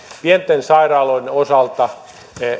pienten sairaaloiden osalta